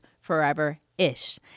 forever-ish